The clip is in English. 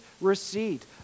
receipt